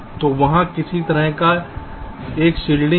तो वहाँ किसी तरह का एक शिल्डिंग है